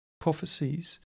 prophecies